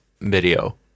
video